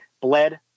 bled